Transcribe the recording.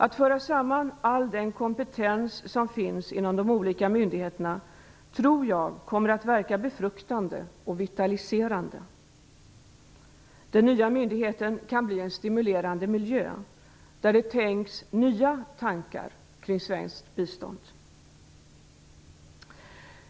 Att föra samman all den kompetens som finns inom de olika myndigheterna tror jag kommer att verka befruktande och vitaliserande. Den nya myndigheten kan bli en stimulerande miljö, där det tänks nya tankar kring svenskt bistånd.